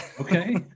Okay